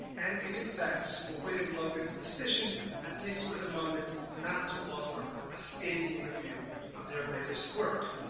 and giving thanks for william logan's decision, at least for the moment, not to offer a scathing review of their latest work.